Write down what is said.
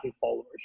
followers